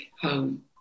home